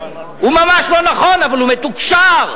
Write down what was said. הוא ממש לא נכון, אבל הוא מתוקשר.